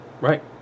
Right